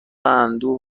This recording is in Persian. اندوه